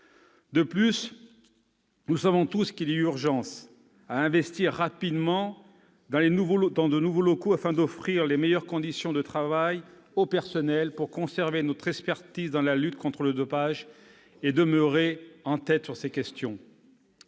De plus, nous savons tous qu'il y a urgence à investir rapidement dans de nouveaux locaux, afin d'offrir les meilleures conditions de travail aux personnels, pour conserver notre expertise dans la lutte contre le dopage et demeurer en tête sur ces questions.